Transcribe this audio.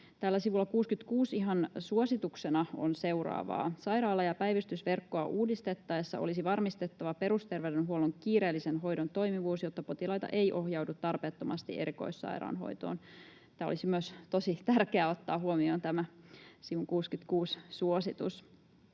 Täällä sivulla 66 ihan suosituksena on seuraavaa: ”Sairaala- ja päivystysverkkoa uudistettaessa olisi varmistettava perusterveydenhuollon kiireellisen hoidon toimivuus, jotta potilaita ei ohjaudu tarpeettomasti erikoissairaanhoitoon.” Tämä olisi myös tosi tärkeä ottaa huomioon, tämä sivun 66 suositus.